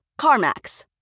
CarMax